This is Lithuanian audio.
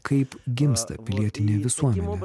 kaip gimsta pilietinė visuomenė